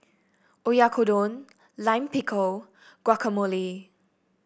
Oyakodon Lime Pickle Guacamole